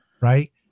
Right